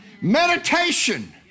Meditation